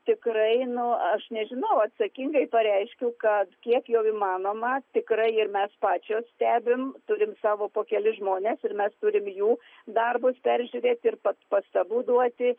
tikrai nu aš nežinau atsakingai pareiškiu kad kiek jau įmanoma tikrai ir mes pačios stebim turim savo po kelis žmones ir mes turime jų darbus peržiūrėti ir pastabų duoti